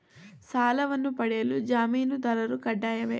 ಸಾಲವನ್ನು ಪಡೆಯಲು ಜಾಮೀನುದಾರರು ಕಡ್ಡಾಯವೇ?